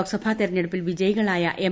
ലോക്സഭാ തെരഞ്ഞെടുപ്പിൽ വിജയികളായ എം